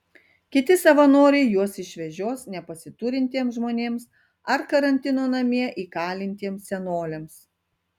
kiti savanoriai juos išvežios nepasiturintiems žmonėms ar karantino namie įkalintiems senoliams